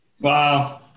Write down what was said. Wow